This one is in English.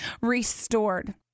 restored